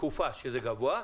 תקופה שזה גבוה,